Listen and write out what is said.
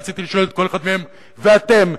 רציתי לשאול כל אחד מהם: ואתם,